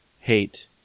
hate